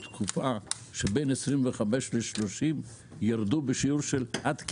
מספר בני 25-30 ירד בשיעור של עד כ-50%.